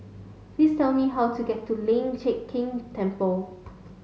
please tell me how to get to Lian Chee Kek Temple